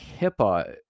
HIPAA